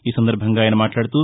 ఈ సందర్భంగా ఆయన మాట్లాడుతూ